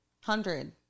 Hundred